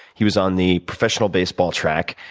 he was on the professional baseball track.